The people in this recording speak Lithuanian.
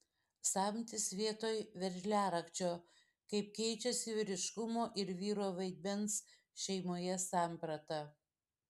samtis vietoj veržliarakčio kaip keičiasi vyriškumo ir vyro vaidmens šeimoje samprata